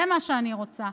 זה מה שאני רוצה.